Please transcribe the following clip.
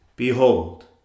Behold